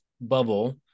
bubble